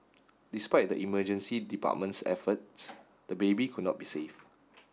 despite the emergency department's efforts the baby could not be saved